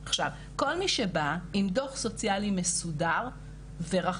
עכשיו, כל מי שבא עם דוח סוציאלי מסודר ורחב,